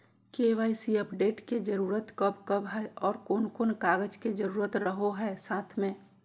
KYC update के जरूरत कब कब है और कौन कौन कागज के जरूरत रहो है साथ में?